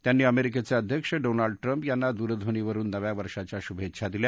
त्यांनी अमेरिकेचे अध्यक्ष डोनाल्ड ट्रम्प यांना द्रध्वनीवरुन नव्या वर्षाच्या शुभेच्छा दिल्या